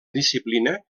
disciplina